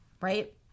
right